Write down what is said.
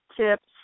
tips